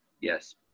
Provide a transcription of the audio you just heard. yes